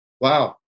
Wow